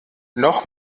noch